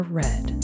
red